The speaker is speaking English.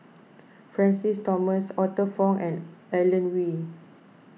Francis Thomas Arthur Fong and Alan Oei